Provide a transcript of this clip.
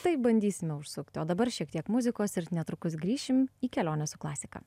tai bandysime užsukti o dabar šiek tiek muzikos ir netrukus grįšim į kelionę su klasika